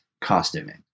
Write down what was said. costuming